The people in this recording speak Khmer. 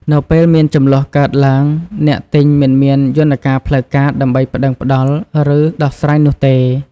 នៅពេលមានជម្លោះកើតឡើង អ្នកទិញមិនមានយន្តការផ្លូវការដើម្បីប្ដឹងផ្ដល់ឬដោះស្រាយនោះទេ។